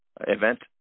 event